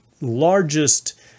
largest